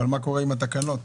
מה קורה עם התקנות?